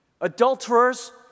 Adulterers